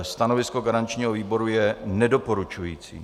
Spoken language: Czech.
Stanovisko garančního výboru je nedoporučující.